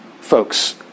folks